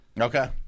Okay